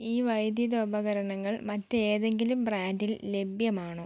ഈ വൈദ്യുതോപകരണങ്ങൾ മറ്റേതെങ്കിലും ബ്രാൻഡിൽ ലഭ്യമാണോ